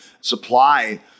supply